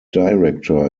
director